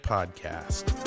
Podcast